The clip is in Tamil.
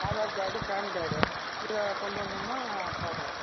ஆதார் கார்டு பேன் கார்டு இதை கொண்டு வந்திங்கன்னா பார்க்கலாம்